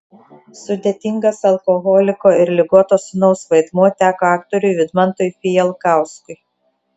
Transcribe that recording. sudėtingas alkoholiko ir ligoto sūnaus vaidmuo teko aktoriui vidmantui fijalkauskui